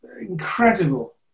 incredible